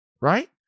right